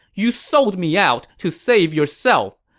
you sold me out to save yourself!